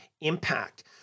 impact